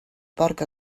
porc